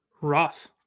rough